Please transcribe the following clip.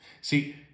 See